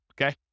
Okay